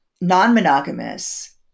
non-monogamous